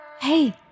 Hey